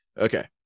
Okay